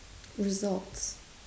results